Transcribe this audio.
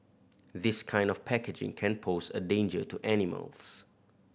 this kind of packaging can pose a danger to animals